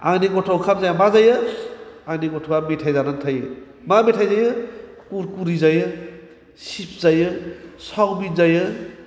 आंनि गथ'आ ओंखाम जाया मा जायो आंनि गथ'आ मेथाय जानानै थायो मा मेथाय जायो कुरकुरि जायो चिप्स जायो साउमिन जायो